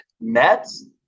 Mets